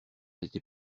était